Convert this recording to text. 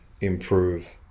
improve